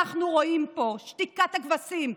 אנחנו רואים פה את שתיקת הכבשים,